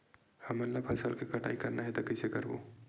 हमन ला फसल के कटाई करना हे त कइसे करबो?